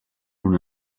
una